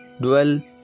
dwell